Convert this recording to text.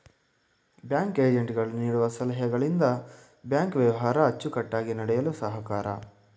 bank agent ಗಳು ನೀಡುವ ಸಲಹೆಗಳಿಂದ ಬ್ಯಾಂಕ್ ವ್ಯವಹಾರ ಅಚ್ಚುಕಟ್ಟಾಗಿ ನಡೆಯಲು ಸಹಾಯಕ